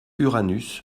uranus